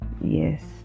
yes